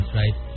right